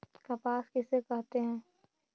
कपास किसे कहते हैं?